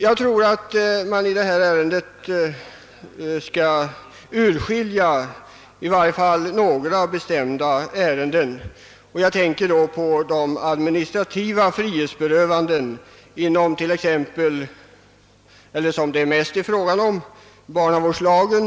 Jag tror det är nödvändigt att man i detta ärende urskiljer i varje fall några bestämda saker. Jag tänker då närmast på de administrativa frihetsberövanden som sker genom barnavårdslagen och nykterhetslagen.